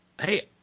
hey